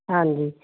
ਹਾਂਜੀ